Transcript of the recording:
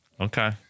Okay